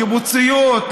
קיבוציות,